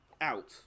Out